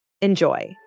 Enjoy